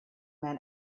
man